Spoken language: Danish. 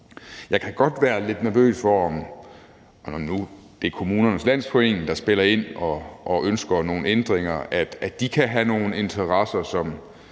Jeg kan godt være lidt nervøs for, når nu det er Kommunernes Landsforening, der spiller ind og ønsker nogle ændringer, om de kan have nogle interesser, som